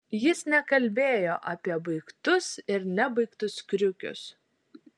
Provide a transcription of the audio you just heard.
jis nekalbėjo apie baigtus ir nebaigtus kriukius